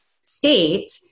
state